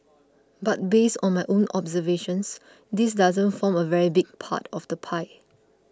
but based on my own observations this doesn't form a very big part of the pie